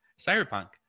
Cyberpunk